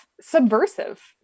subversive